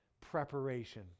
preparation